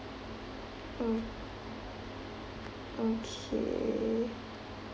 oh okay